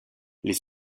les